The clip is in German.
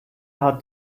hat